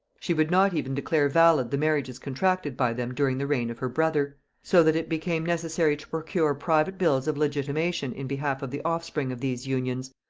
she would not even declare valid the marriages contracted by them during the reign of her brother so that it became necessary to procure private bills of legitimation in behalf of the offspring of these unions,